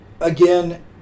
again